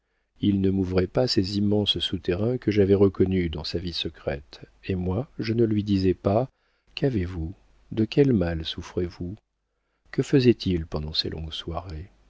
il ne m'ouvrit pas ces immenses souterrains que j'avais reconnus dans sa vie secrète et moi je ne lui disais pas qu'avez-vous de quel mal souffrez-vous que faisait-il pendant ses longues soirées